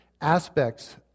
aspects